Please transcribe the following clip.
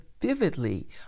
vividly